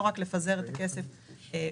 לא רק לפזר את הכסף בקטן,